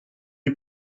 est